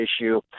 issue